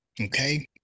Okay